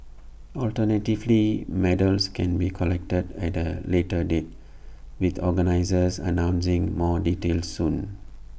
alternatively medals can be collected at A later date with organisers announcing more details soon